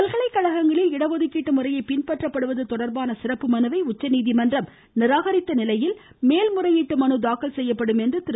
பல்கலைக்கழகங்களில் இடஒதுக்கீட்டு முறையை பின்பற்றப்படுவது தொடா்பான சிறப்பு மனுவை உச்சநீதிமன்றம் நிராகரித்த நிலையில் மேல்முறையீட்டு மனு தாக்கல் செய்யப்படும் என்று திரு